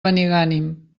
benigànim